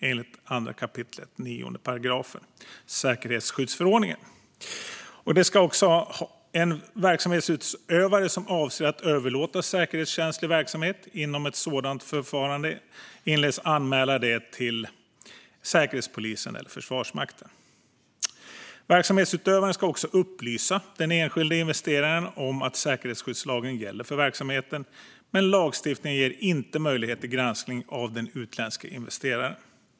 Enligt 2 kap. 9 § säkerhetsskyddsförordningen ska en verksamhetsutövare som avser att överlåta säkerhetskänslig verksamhet innan ett sådant förfarande inleds anmäla det till Säkerhetspolisen eller Försvarsmakten. Verksamhetsutövaren ska också upplysa den enskilda investeraren om att säkerhetsskyddslagen gäller för verksamheten. Men lagstiftningen ger inte möjlighet till granskning av den utländska investeraren.